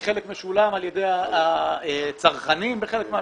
כי חלק משולם על ידי הצרכנים בחלק מהמקרים,